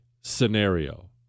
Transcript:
scenario